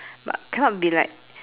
but cannot be like